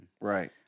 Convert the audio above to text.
Right